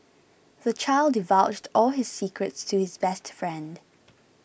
the child divulged all his secrets to his best friend